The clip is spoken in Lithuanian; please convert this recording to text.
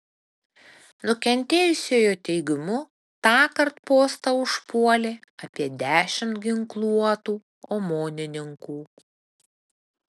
nukentėjusiojo teigimu tąkart postą užpuolė apie dešimt ginkluotų omonininkų